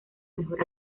mejor